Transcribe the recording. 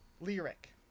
Lyric